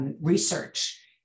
research